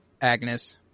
Agnes